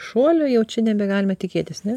šuolio jau čia nebegalima tikėtis ne